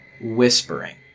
whispering